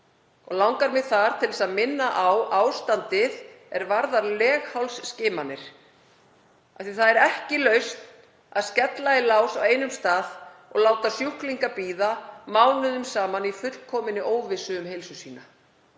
Langar mig þar að minna á ástandið varðandi leghálsskimanir af því að það er ekki lausn að skella í lás á einum stað og láta sjúklinga bíða mánuðum saman í fullkominni óvissu um heilsu sína.